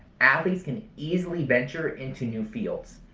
athletes can easily venture into new fields.